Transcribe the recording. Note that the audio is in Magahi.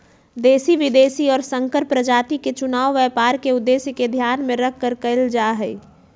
देशी, विदेशी और संकर प्रजाति के चुनाव व्यापार के उद्देश्य के ध्यान में रखकर कइल जाहई